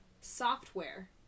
software